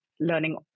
learning